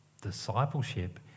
Discipleship